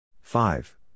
Five